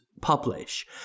publish